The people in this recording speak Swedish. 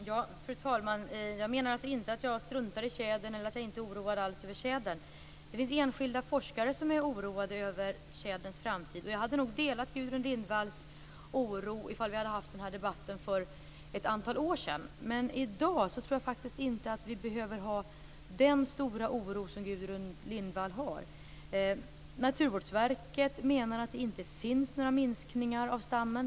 Fru talman! Jag menar inte att jag struntar i tjädern eller att jag inte alls är oroad över tjädern. Det finns enskilda forskare som är oroade över tjäderns framtid. Jag hade nog delat Gudrun Lindvalls oro ifall vi hade haft den här debatten för ett antal år sedan. Men i dag tror jag inte att vi behöver ha den stora oro som Gudrun Lindvall har. Naturvårdsverket menar att det inte finns några minskningar av stammen.